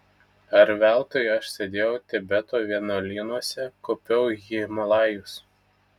ar veltui aš sėdėjau tibeto vienuolynuose kopiau į himalajus